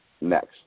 next